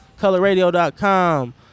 Colorradio.com